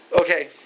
Okay